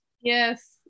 Yes